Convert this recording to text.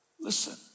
Listen